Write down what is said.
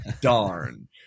Darn